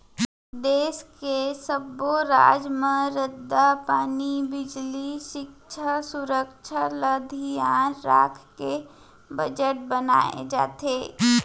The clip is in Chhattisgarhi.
देस के सब्बो राज म रद्दा, पानी, बिजली, सिक्छा, सुरक्छा ल धियान राखके बजट बनाए जाथे